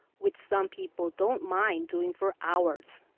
which some people don't mind doing for hours.